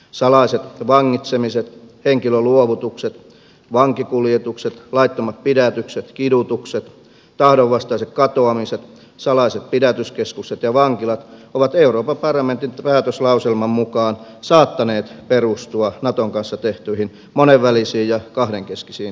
salaiset vangitsemiset henkilöluovutukset vankikuljetukset laittomat pidätykset kidutukset tahdonvastaiset katoamiset salaiset pidätyskeskukset ja vankilat ovat euroopan parlamentin päätöslauselman mukaan saattaneet perustua naton kanssa tehtyihin monenvälisiin ja kahdenkeskisiin sopimuksiin